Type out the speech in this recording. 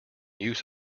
use